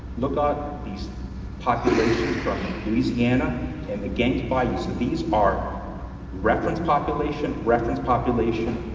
look ah at these populations from louisiana and gang's bayou, so these are reference population, reference population,